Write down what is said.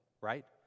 right